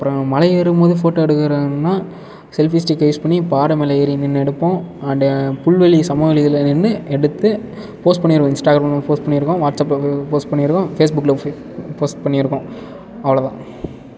அப்புறோ மலை ஏறும் போது ஃபோட்டோ எடுக்கிறோனா செல்ஃபி ஸ்டிக்கை யூஸ் பண்ணி பார மேலே ஏரி நின்று எடுப்போ அண்ட் புல்வெளி சமவெளிகளில் நின்று எடுத்து போஸ்ட் பண்ணிடுவோம் இன்ஸ்டாகிராமில் போஸ்ட் பண்ணியிருக்கோம் வாட்சப்பில் போஸ்ட் பண்ணியிருக்கோம் பேஸ்புக்கில் போஸ்ட் பண்ணியிருக்கோம் அவ்வளோ தான்